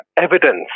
evidence